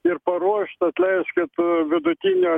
ir paruošta atleiskit e vidutinio